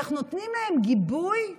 אנחנו נותנים להם גיבוי אחורנית,